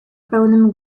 pełnym